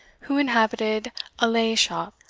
who inhabited a laigh shop,